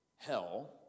Hell